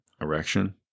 Erection